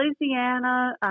Louisiana